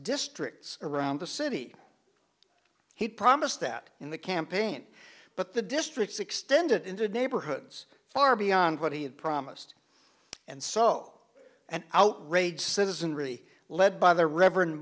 districts around the city he promised that in the campaign but the districts extended into neighborhoods far beyond what he had promised and so an outraged citizenry led by the rever